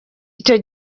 icyo